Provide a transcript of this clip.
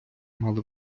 мали